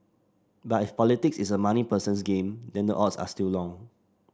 but if politics is a money person's game then the odds are still long